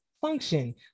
Function